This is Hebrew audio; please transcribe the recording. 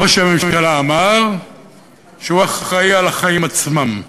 ראש הממשלה אמר שהוא אחראי לחיים עצמם,